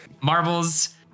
Marbles